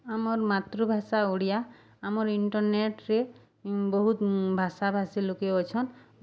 ଆମର୍ ମାତୃଭାଷା ଓଡ଼ିଆ ଆମର୍ ଇଣ୍ଟରନେଟ୍ରେ ବହୁତ ଭାଷା ଭାଷୀ ଲୋକେ ଅଛନ୍